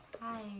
Hi